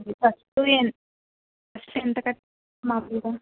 first ఎంత first ఎంత కట్టాలి మాములుగా